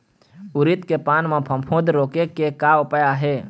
उरीद के पान म फफूंद रोके के का उपाय आहे?